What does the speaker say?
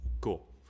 Cool